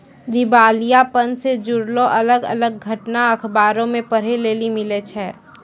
दिबालियापन से जुड़लो अलग अलग घटना अखबारो मे पढ़ै लेली मिलै छै